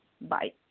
Bye